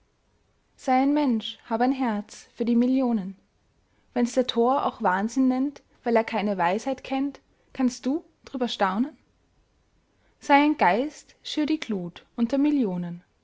sei ein mensch hab ein herz für die millionen wenn's der tor auch wahnsinn nennt weil er keine weisheit kennt kannst du drüber staunen sei ein geist schür die glut unter millionen